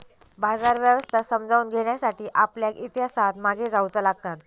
बाजार व्यवस्था समजावून घेण्यासाठी आपल्याक इतिहासात मागे जाऊचा लागात